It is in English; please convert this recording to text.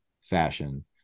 fashion